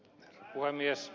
puhemies